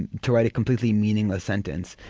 and to write a completely meaningless sentence.